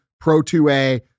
pro-2A